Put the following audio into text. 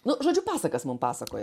nu žodžiu pasakas mum pasakoja